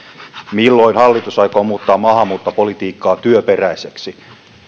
milloin hallitus aikoo muuttaa maahanmuuttopolitiikkaa työperäiseksi